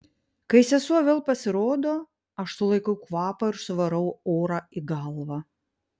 kai sesuo vėl pasirodo aš sulaikau kvapą ir suvarau orą į galvą